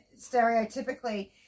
stereotypically